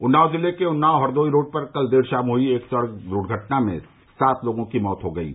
उन्नाव जिले में उन्नाव हरदोई रोड पर कल देर शाम हुई एक सड़क दुर्घटना में सात लोगों की मौत हो गयी